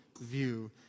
view